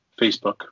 Facebook